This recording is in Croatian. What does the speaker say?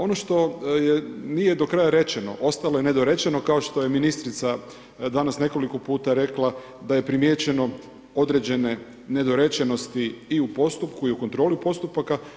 Ono što nije do kraja rečeno, ostalo je nedorečeno kao što je ministrica danas nekoliko puta rekla da je primijećeno određene nedorečenosti i u postupku i u kontroli postupaka.